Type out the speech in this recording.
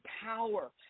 power